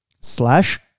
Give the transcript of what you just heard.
slash